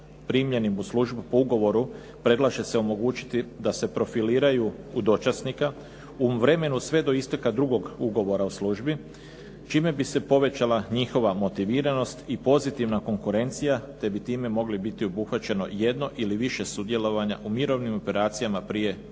primljenim u službu po ugovoru predlaže se omogućiti da se profiliraju u dočasnika u vremenu sve do isteka drugog ugovora u službi čime bi se povećala njihova motiviranost i pozitivna konkurencija te bi time mogli biti obuhvaćeno jedno ili više sudjelovanja u mirovnim operacijama prije prevođenja